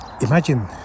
imagine